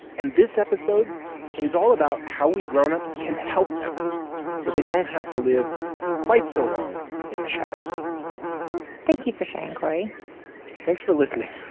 and this episode is all about how we grown-ups can help them so they don't have to live quite so long in the shadows thank you for sharing, cory thanks for listening.